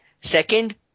Second